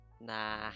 Nah